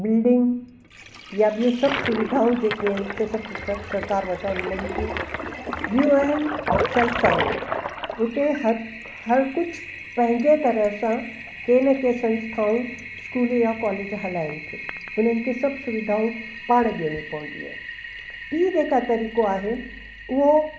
building या ॿियूं सभु सुविधाऊं जे के आहिनि से सभु स स सरकारि वटां मिलनि थियूं ॿियूं आहिनि सेल्फ फाईनेंस्ड उते हर हर कुझु पंहिंजे तरह सां के न के संस्थाऊं स्कूल या कोलेज हलाइनि थियूं उन्हनि खे सभु सुविधाऊं पाणि ॾियणूं पवंदियूं आहिनि ई जे का तरीक़ो आहे उहो